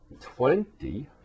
twenty